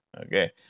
Okay